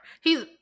He's-